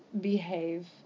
behave